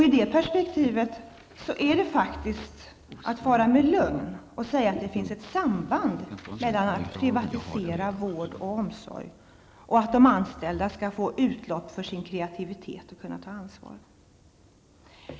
I det perspektivet far man faktiskt med lögn om man säger att det finns ett samband mellan att man privatiserar vård och omsorg och att de anställda skall få utlopp för sin kreativitet och kunna ta ansvar.